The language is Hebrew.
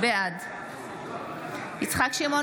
בעד יצחק שמעון